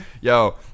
Yo